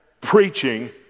preaching